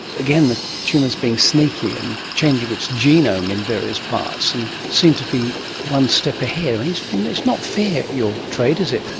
again, the tumour is being sneaky and changing its genome in various parts and seems to be one step ahead. it's not fair, your trade, is it!